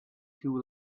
too